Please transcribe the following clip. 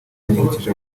yanibukije